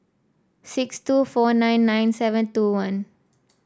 six two four nine nine seven two one